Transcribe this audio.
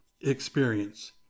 experience